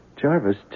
Jarvis